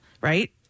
right